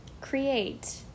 Create